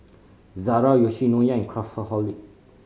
Zara Yoshinoya and Craftholic